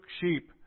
sheep